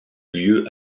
lieu